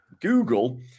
Google